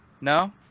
No